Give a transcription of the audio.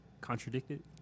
contradicted